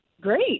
Great